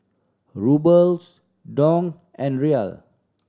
Ruble Dong and Riyal